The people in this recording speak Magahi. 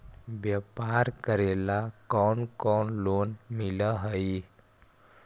व्यापार करेला कौन कौन लोन मिल हइ?